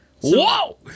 Whoa